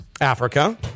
Africa